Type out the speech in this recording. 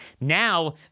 Now